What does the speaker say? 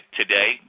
today